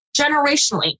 generationally